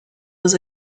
was